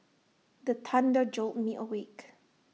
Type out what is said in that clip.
the thunder jolt me awake